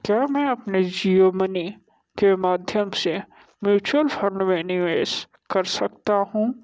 क्या मैं अपने जियो मनी के माध्यम से म्युचुअल फंड में निवेश कर सकता हूँ